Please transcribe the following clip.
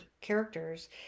characters